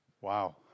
Wow